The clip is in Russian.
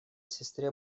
сестре